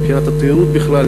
מבחינת התיירות בכלל,